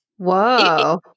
Whoa